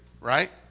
right